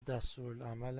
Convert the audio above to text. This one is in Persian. دستورالعمل